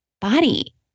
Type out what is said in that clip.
body